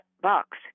box